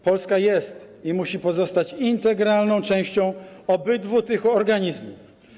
Polska jest i musi pozostać integralną częścią obydwu tych organizmów.